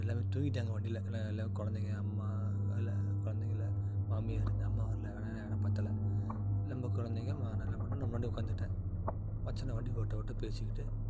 எல்லாமே தூங்கிவிட்டாங்க வண்டியில் எல்லாம் எல்லாம் கொழந்தைங்க அம்மா இல்லை கொழந்தைங்க இல்லை மாமியார் அம்மா வரல ஏன்னா இடம் பற்றல நம்ம கொழந்தைங்க ம நான் என்ன பண்ணேன் நான் முன்னாடி உட்காந்துட்டேன் மச்சினன் வண்டி ஓட்ட ஓட்ட பேசிக்கிட்டே